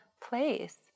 place